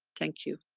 thank you.